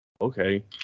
Okay